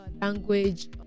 language